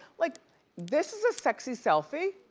like this is a sexy selfie,